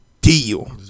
deal